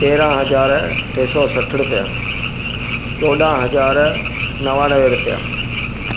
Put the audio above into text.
तेरहं हज़ार टे सौ सठि रुपया चोॾहं हज़ार नवानवे रुपया